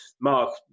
Mark